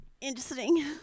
interesting